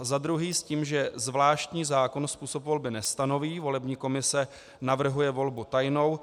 II. s tím, že zvláštní zákon způsob volby nestanoví volební komise navrhuje volbu tajnou,